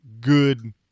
good